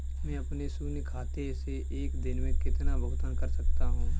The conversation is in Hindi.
मैं अपने शून्य खाते से एक दिन में कितना भुगतान कर सकता हूँ?